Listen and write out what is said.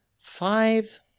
five